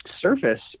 surface